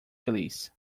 feliz